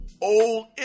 old